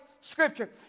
scripture